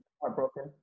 heartbroken